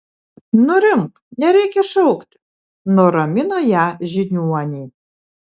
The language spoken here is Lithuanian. nurimk nereikia šaukti nuramino ją žiniuonė